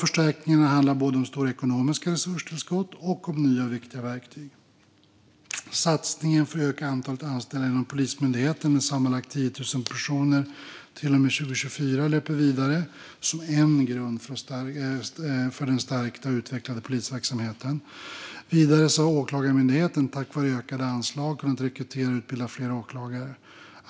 Förstärkningarna handlar både om stora ekonomiska resurstillskott och om nya och viktiga verktyg. Satsningen på att öka antalet anställda inom Polismyndigheten med sammantaget 10 000 personer till och med 2024 löper vidare som en grund för den stärkta och utvecklade polisverksamheten. Vidare har Åklagarmyndigheten tack vare ökade anslag kunnat rekrytera och utbilda fler åklagare.